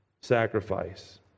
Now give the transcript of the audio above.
sacrifice